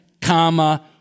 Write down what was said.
comma